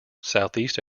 southeast